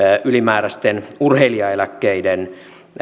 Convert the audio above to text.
ylimääräisten urheilijaeläkkeiden